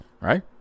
right